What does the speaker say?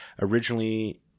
Originally